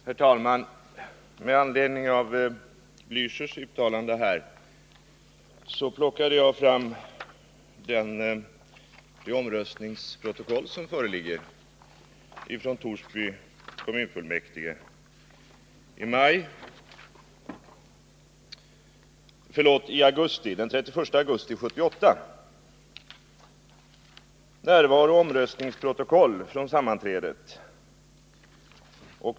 Herr talman! Med anledning av Raul Blächers uttalande här plockade jag fram det närvarooch omröstningsprotokoll som föreligger från Torsby kommunfullmäktiges sammanträde den 31 augusti 1978.